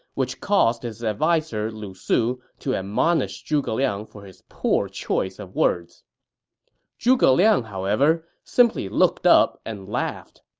which caused his adviser lu su to admonish zhuge liang for his poor choice of words zhuge liang, however, simply looked up and laughed